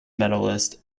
medalist